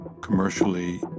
commercially